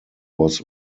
was